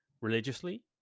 religiously